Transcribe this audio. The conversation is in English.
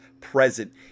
present